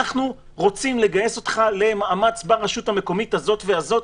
אנחנו רוצים לגייס אותך למאמץ ברשות המקומית הזאת והזאת,